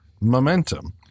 momentum